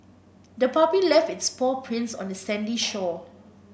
the puppy left its paw prints on the sandy shore